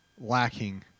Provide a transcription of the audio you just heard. lacking